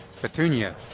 petunia